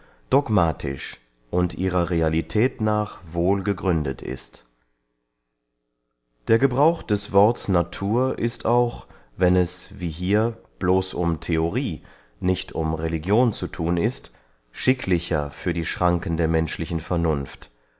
dogmatisch und ihrer realität nach wohl gegründet ist der gebrauch des worts natur ist auch wenn es wie hier bloß um theorie nicht um religion zu thun ist schicklicher für die schranken der menschlichen vernunft